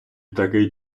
такий